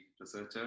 researcher